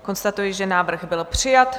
Konstatuji, že návrh byl přijat.